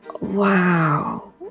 wow